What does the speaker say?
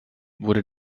wurde